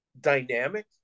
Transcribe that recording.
dynamic